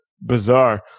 bizarre